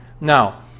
Now